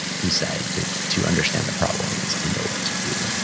who said, to to understand the problem is to know what to do.